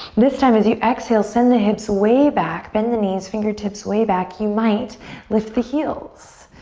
this time as you exhale send the hips way back, bend the knees, fingertips way back. you might lift the heels.